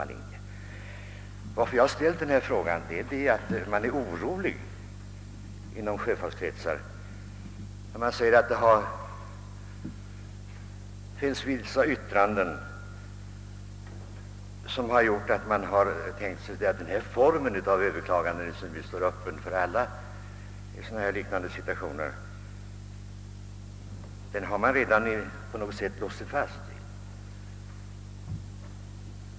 Anledningen till att jag framställde denna interpellation var att man inom sjöfartskretsar är orolig på grund av vissa yttranden som fällts. Man har ansett dem kunna tyda på att vid denna form av överklaganden, som givetvis står öppna för alla, positionerna redan från början är fastlåsta.